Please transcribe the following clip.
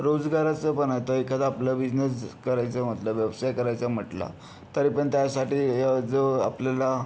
रोजगाराचं पण आता एखादा आपला बिझनेस करायचं म्हटलं व्यवसाय करायचा म्हटला तरी पण त्यासाठी जो आपल्याला